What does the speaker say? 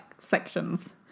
sections